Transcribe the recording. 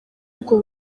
ubwo